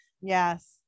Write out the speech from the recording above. Yes